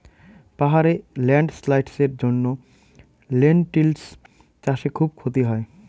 পাহাড়ে ল্যান্ডস্লাইডস্ এর জন্য লেনটিল্স চাষে খুব ক্ষতি হয়